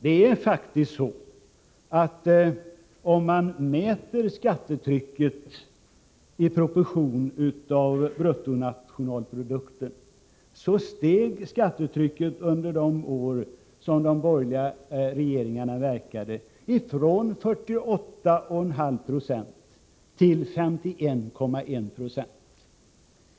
Under de år som de borgerliga regeringarna verkade steg skattetrycket, mätt i proportion av bruttonationalprodukten, från 48,5 96 till 51,1 20.